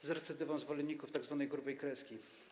z recydywą zwolenników tzw. grubej kreski.